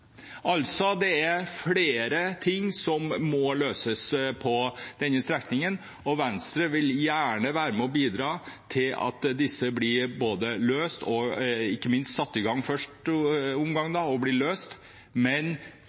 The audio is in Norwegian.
Det er altså flere ting som må løses på denne strekningen, og Venstre vil gjerne være med og bidra til at disse i første omgang ikke minst blir satt i gang, og så løst, men